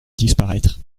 disparaître